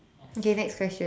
okay next question